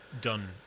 done